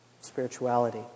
spirituality